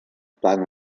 tant